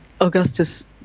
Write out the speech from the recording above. Augustus